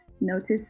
notice